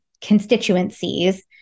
constituencies